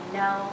no